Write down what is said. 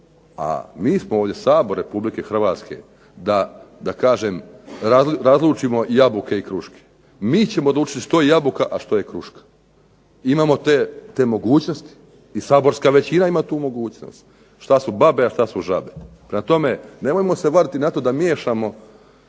a mi smo ovdje, Sabor RH da kažem razlučimo jabuke i kruške. Mi ćemo odlučiti što je jabuka, a što je kruška. Imamo te mogućnosti i saborska većina ima tu mogućnost. Što su babe, a što su žabe. Prema tome, nemojmo se vaditi na to da miješamo